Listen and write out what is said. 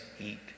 eat